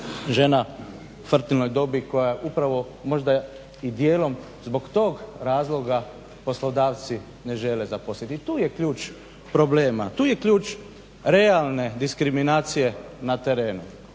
žena u fertilnoj dobi koja upravo možda i dijelom zbog tog razloga poslodavci ne žele zaposliti i tu je ključ problema, tu je ključ realne diskriminacije na terenu.